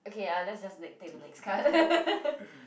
okay ah let's just take the next card